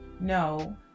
no